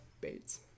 Bates